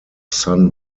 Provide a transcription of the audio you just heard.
sun